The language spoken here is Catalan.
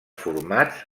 formats